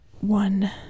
one